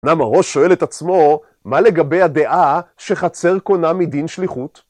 אומנם הראש שואל את עצמו, מה לגבי הדעה שחצר קונה מדין שליחות?